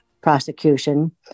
prosecution